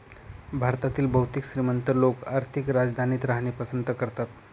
भारतातील बहुतेक श्रीमंत लोक आर्थिक राजधानीत राहणे पसंत करतात